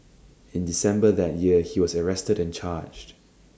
in December that year he was arrested and charged